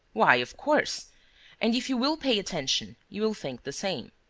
why, of course and, if you will pay attention, you will think the same.